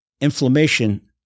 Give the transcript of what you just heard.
inflammation